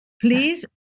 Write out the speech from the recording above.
Please